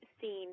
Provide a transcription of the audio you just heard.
seen